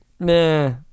Meh